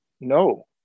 no